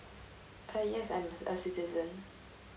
uh yes I'm a citizen